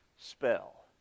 spell